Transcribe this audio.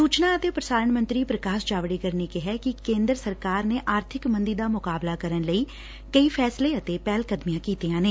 ਸੁਚਨਾ ਅਤੇ ਪ੍ਰਸਾਰਣ ਮੰਤਰੀ ਪ੍ਰਕਾਸ਼ ਜਾਵੜੇਕਰ ਨੇ ਕਿਹੈ ਕਿ ਕੇਂਦਰ ਸਰਕਾਰ ਨੇ ਆਰਬਿਕ ਮੰਦੀ ਦਾ ਮੁਕਾਬਲਾ ਕਰਨ ਲਈ ਕਈ ਫੈਸਲੇ ਅਤੇ ਪਹਿਲਕਦਮੀਆਂ ਕੀਤੀਆਂ ਨੇ